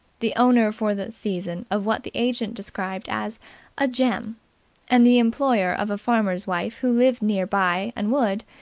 the owner for the season of what the agent described as a gem and the employer of a farmer's wife who lived near-by and would,